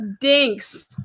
dinks